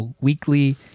weekly